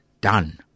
done